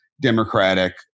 democratic